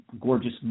gorgeous